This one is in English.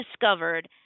discovered